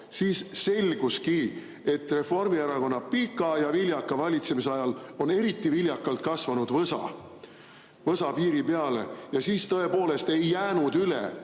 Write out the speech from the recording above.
siis selguski, et Reformierakonna pika ja viljaka valitsemise ajal on eriti viljakalt kasvanud võsa – võsa piiri peale. Ja siis tõepoolest ei jäänud